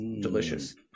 delicious